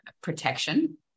protection